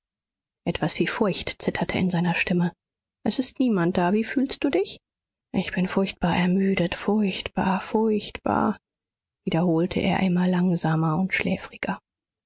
etwas wie furcht zitterte in seiner stimme es ist niemand da wie fühlst du dich ich bin furchtbar ermüdet furchtbar furchtbar wiederholte er immer langsamer und schläfriger